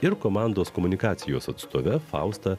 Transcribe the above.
ir komandos komunikacijos atstove fausta